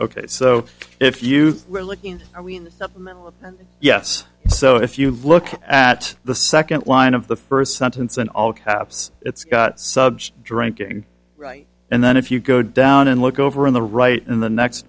ok so if you were looking i mean the supplemental yes so if you look at the second line of the first sentence in all caps it's got subj drinking right and then if you go down and look over in the right in the next